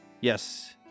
Yes